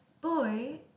boy